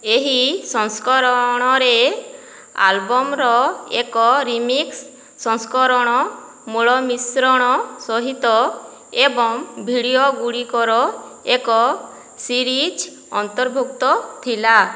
ଏହି ସଂସ୍କରଣରେ ଆଲବମ୍ର ଏକ ରିମିକ୍ସ ସଂସ୍କରଣ ମୂଳ ମିଶ୍ରଣ ସହିତ ଏବଂ ଭିଡ଼ିଓ ଗୁଡ଼ିକର ଏକ ସିରିଜ୍ ଅନ୍ତର୍ଭୁକ୍ତ ଥିଲା